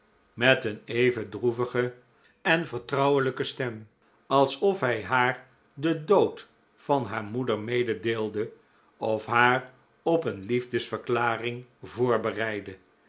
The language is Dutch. met een even droevige en vertrouwelijke stem alsof hij haar den dood van haar moeder mededeelde of haar op een liefdesverklaring voorbereidde